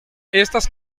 estas